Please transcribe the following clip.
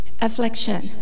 affliction